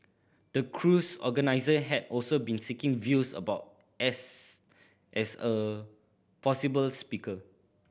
the cruise organiser had also been seeking views about Estes as a possible speaker